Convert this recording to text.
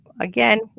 again